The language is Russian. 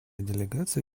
делегация